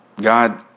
God